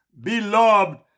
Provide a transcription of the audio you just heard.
beloved